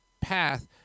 path